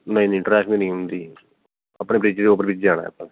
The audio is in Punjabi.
ਨਹੀਂ ਨਹੀਂ ਟ੍ਰੈਫਿਕ ਨਹੀਂ ਹੁੰਦੀ ਆਪਾਂ ਨੇ ਬ੍ਰਿਜ ਦੇ ਓਵਰਬ੍ਰਿਜ ਜਾਣਾ ਆਪਾਂ